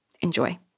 Enjoy